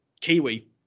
Kiwi